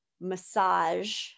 massage-